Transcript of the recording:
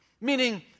Meaning